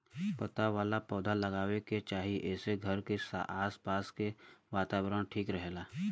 पत्ता वाला पौधा लगावे के चाही एसे घर के आस पास के वातावरण ठीक रहेला